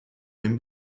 dem